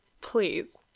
Please